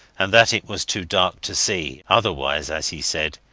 and that it was too dark to see, otherwise, as he said,